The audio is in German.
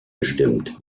bestimmt